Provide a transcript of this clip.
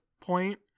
point